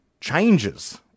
changes